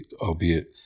albeit